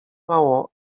mało